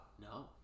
no